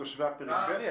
לתושבי הפריפריה?